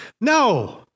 No